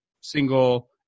single